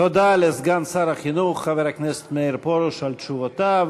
תודה לסגן שר החינוך חבר הכנסת מאיר פרוש על תשובותיו.